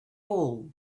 all